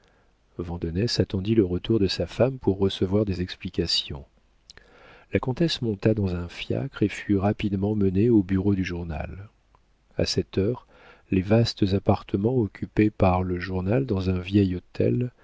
lettre vandenesse attendit le retour de sa femme pour recevoir des explications la comtesse monta dans un fiacre et fut rapidement menée au bureau du journal a cette heure les vastes appartements occupés par le journal dans un vieil hôtel